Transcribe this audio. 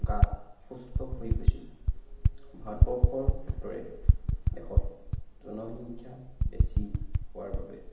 গা অসুস্থ হৈ গৈছিল ভাৰতবৰ্ষৰ দৰে দেশত জনসংখ্যা বেছি হোৱাৰ বাবে